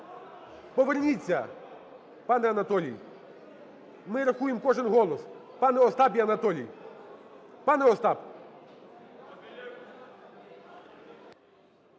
Поверніться, пане Анатолій. Ми рахуємо кожен голос, пане Остап і Анатолій. Пане Остап,